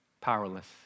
powerless